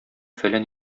фәлән